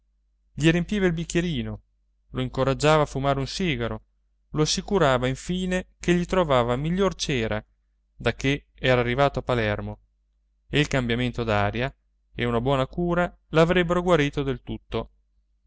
gli riempiva il bicchierino lo incoraggiava a fumare un sigaro lo assicurava infine che gli trovava miglior cera da che era arrivato a palermo e il cambiamento d'aria e una buona cura l'avrebbero guarito del tutto